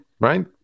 Right